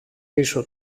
πίσω